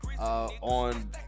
on